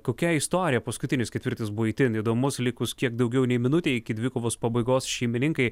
kokia istorija paskutinis ketvirtis buvo itin įdomus likus kiek daugiau nei minutei iki dvikovos pabaigos šeimininkai